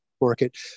market